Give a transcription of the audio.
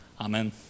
Amen